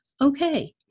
okay